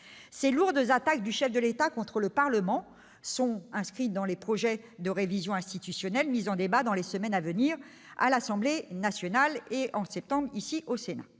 Ces lourdes attaques du chef de l'État contre le Parlement sous-tendent les projets de révision institutionnelle qui seront mis en débat dans les semaines à venir à l'Assemblée nationale et au Sénat,